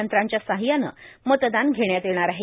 यंत्रांच्या सहाय्याने मतदान घेण्यात येणार आहे